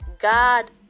god